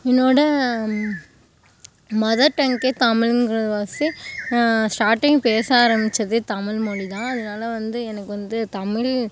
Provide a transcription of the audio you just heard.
என்னோட மதர் டங்க்கே தமிழுங்கிறவாசி ஸ்ட்ராட்டிங் பேச ஆரமித்ததே தமிழ்மொழி தான் அதனால் வந்து எனக்கு வந்து தமிழ்